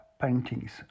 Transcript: paintings